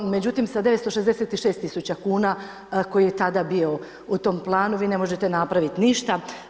Međutim sa 966 tisuća kuna koji je tada bio u tom planu, vi ne možete napraviti ništa.